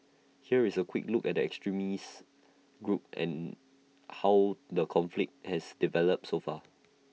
here is A quick look at the extremist group and how the conflict has developed so far